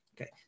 Okay